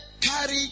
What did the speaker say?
carry